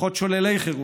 כוחות שוללי חירות,